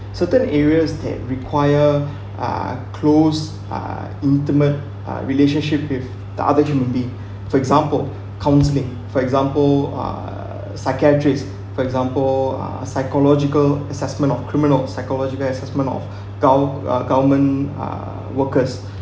certain areas that require uh close uh intimate uh relationship with the other human being for example counselling for example uh psychiatrics for example uh psychological assessment of criminal psychological assessment of gove~ uh government uh workers